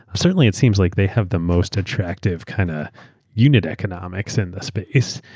certainly it seems like they have the most attractive kind of unit economics in the space.